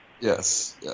Yes